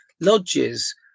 lodges